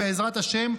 בעזרת השם,